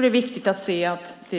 Det är viktigt att se att